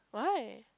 why